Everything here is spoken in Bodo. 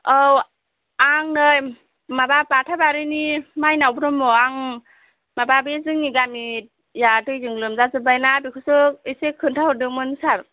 औ आं नै माबा बाथाबारिनि माइनाव ब्रम्ह' आं माबा बे जोंनि गामिआ दैजों लोमजा जोबबायना बेखौसो एसे खोन्था हरदोंमोन सार